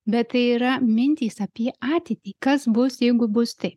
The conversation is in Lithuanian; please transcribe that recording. bet tai yra mintys apie ateitį kas bus jeigu bus tai